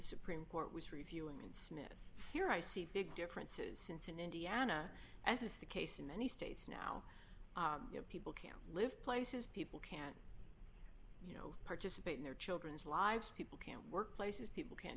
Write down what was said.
supreme court was reviewing and smith here i see big differences since in indiana as is the case in many states now you know people can live places people can you know participate in their children's lives people can work places people can